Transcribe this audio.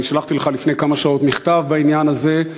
שלחתי לך לפני כמה שעות מכתב בעניין הזה.